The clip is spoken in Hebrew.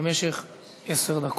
במשך עשר דקות.